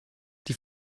die